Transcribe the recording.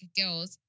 girls